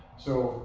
so